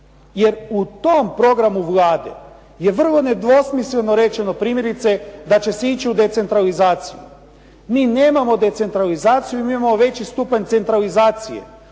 jer u tom programu Vlade je vrlo nedvosmisleno rečeno primjerice da će se ići u decentralizaciju. Mi nemamo decentralizaciju, mi imamo veći stupanj centralizacije